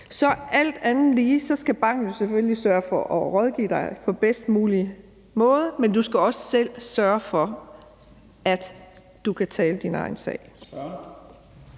er storaktionær i banken – selvfølgelig sørge for at rådgive dig på bedst mulige måde, men du skal også selv sørge for, at du kan tale din egen sag.